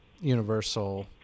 universal